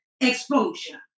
exposure